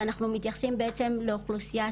ואנחנו מתייחסים בעצם לאוכלוסיית